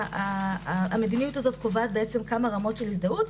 שהמדיניות הזו קובעת כמה רמות הזדהות,